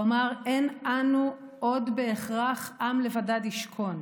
הוא אמר: אין אנו עוד בהכרח "עם לבדד ישכון",